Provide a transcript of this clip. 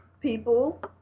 people